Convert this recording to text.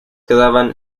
quedaban